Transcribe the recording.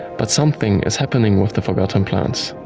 but something is happening with the forgotten plants.